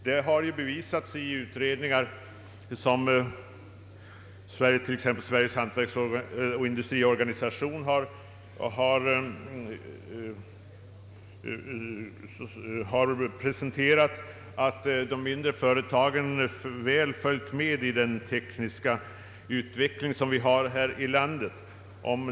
Det har ju bevisats i utredningar, som presenterats av t.ex. Sveriges hantverksoch industriorganisation, att de mindre företagen väl följt med i den tekniska utvecklingen här i landet.